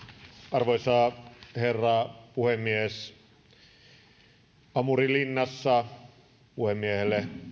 arvoisa herra puhemies amurinlinnassa puhemiehelle